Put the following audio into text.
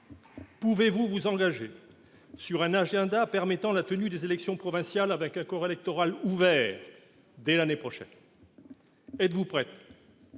Pouvez-vous vous engager sur un agenda permettant la tenue des élections provinciales avec un corps électoral ouvert dès l'année prochaine ? Êtes-vous prête à